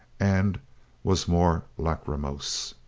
and was more lachrymose.